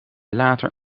later